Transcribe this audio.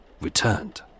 returned